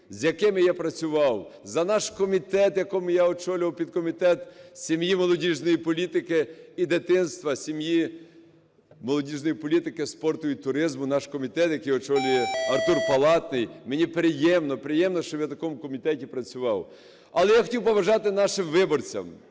з якими я працював, за наш комітет, в якому я очолював підкомітет сім'ї молодіжної політики і дитинства, сім'ї молодіжної політики, спорту і туризму, наш комітет, який очолює Артур Палатний. Мені приємно, приємно, що я в такому комітеті працював. Але я хотів побажати нашим виборцям: